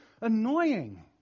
annoying